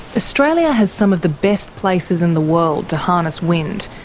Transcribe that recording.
australia has some of the best places in the world to harness wind,